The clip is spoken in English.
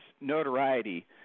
notoriety